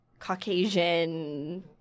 caucasian